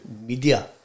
media